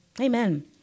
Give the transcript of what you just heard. Amen